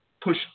push